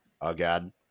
again